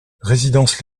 résidence